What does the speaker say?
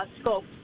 scope